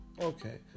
okay